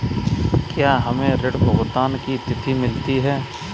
क्या हमें ऋण भुगतान की तिथि मिलती है?